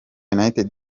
united